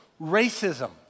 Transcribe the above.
racism